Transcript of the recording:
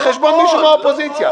על חשבון מישהו מהאופוזיציה.